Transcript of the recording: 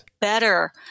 better